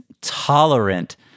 tolerant